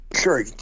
Sure